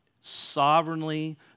sovereignly